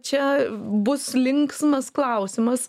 čia bus linksmas klausimas